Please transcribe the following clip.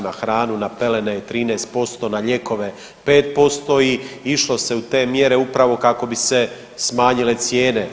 Na hranu, na pelene je 13%, na lijekove 5% i išlo se u te mjere upravo kako bi se smanjile cijene.